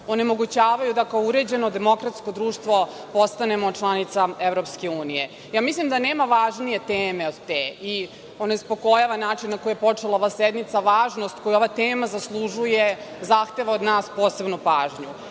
onemogućavaju da kao uređeno demokratsko društvo postanemo članica EU. Mislim da nema važnije teme od te i onespokojava način na koji je počela ova sednica, važnost koju ova tema zaslužuje, zahteva od nas posebnu pažnju. Znate,